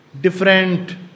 different